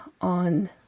on